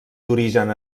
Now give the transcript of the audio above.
d’origen